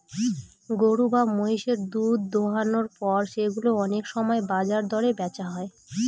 গরু বা মহিষের দুধ দোহানোর পর সেগুলো অনেক সময় বাজার দরে বেচা হয়